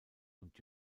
und